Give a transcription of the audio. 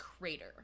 crater